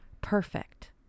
perfect